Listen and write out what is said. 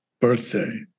birthday